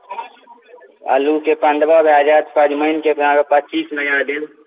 आलू के पंद्रह भय जायत सजमनि के अहाँ के पच्चीस लगा देब